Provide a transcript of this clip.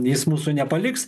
jis mūsų nepaliks